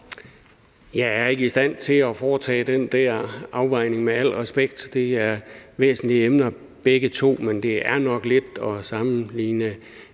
Jeg er ikke i stand til at foretage den der afvejning. Det er med al respekt væsentlige emner begge to, men det er nok lidt at sammenligne